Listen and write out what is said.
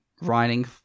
writing